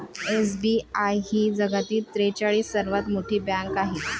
SBI ही जगातील त्रेचाळीस सर्वात मोठी बँक आहे